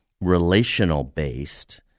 relational-based